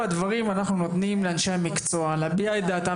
אנחנו נותנים לאנשי המקצוע לדבר.